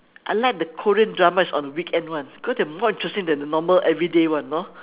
I like the korean dramas on the weekend [one] because they are more interesting than normal everyday one you know